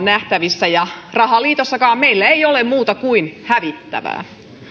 nähtävissä ja rahaliitossakaan meillä ei ole muuta kuin hävittävää